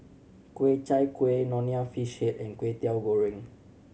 Ku Chai Kueh Nonya Fish Head and Kwetiau Goreng